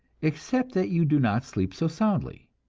except that you do not sleep so soundly.